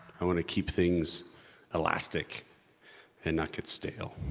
i wanna keep things elastic and not get stale.